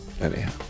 anyhow